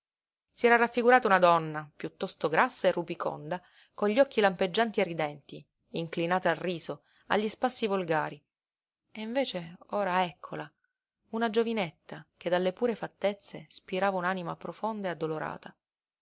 si era raffigurata una donna piuttosto grassa e rubiconda con gli occhi lampeggianti e ridenti inclinata al riso agli spassi volgari e invece ora eccola una giovinetta che dalle pure fattezze spirava un'anima profonda e addolorata